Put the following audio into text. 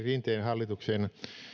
rinteen hallituksen